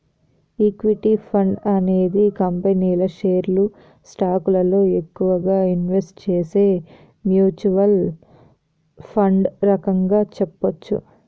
equity fund అనేది కంపెనీల షేర్లు స్టాకులలో ఎక్కువగా ఇన్వెస్ట్ చేసే మ్యూచ్వల్ ఫండ్ రకంగా చెప్పొచ్చు